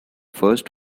first